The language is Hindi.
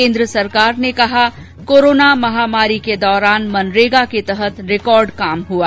केन्द्र सरकार ने कहा कोराना महामारी के दौरान मनरेगा के तहत रिकॉर्ड काम हुआ